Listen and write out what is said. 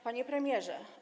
Panie Premierze!